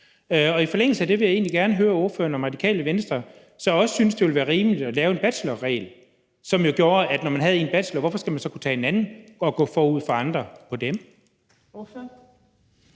Og i forlængelse af det vil jeg egentlig gerne høre ordføreren, om Radikale Venstre så også synes, det ville være rimeligt at lave en bachelorregel – altså, når man har taget én bachelor, hvorfor skulle man så kunne tage en anden og gå forud for andre dér?